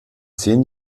zehn